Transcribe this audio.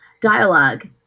dialogue